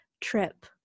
trip